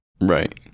Right